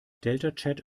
deltachat